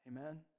Amen